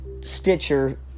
Stitcher